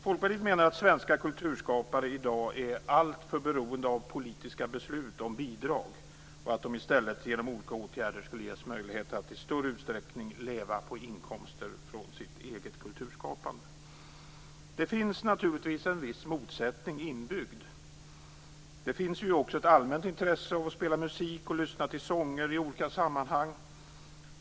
Folkpartiet menar att svenska kulturskapare i dag är alltför beroende av politiska beslut om bidrag. I stället borde de genom olika åtgärder ges möjlighet att i större utsträckning leva på inkomster från sitt eget kulturskapande. Här finns naturligtvis en viss motsättning inbyggd. Det finns ju också ett allmänt intresse av att spela musik och att lyssna till sånger i olika sammanhang.